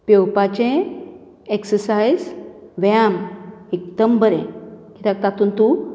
पेंवपाचे exercise व्यायाम एकदम बरें कित्याक तातूंत तूं